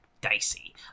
dicey